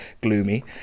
gloomy